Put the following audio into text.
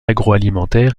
agroalimentaire